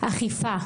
אכיפה